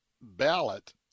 ballot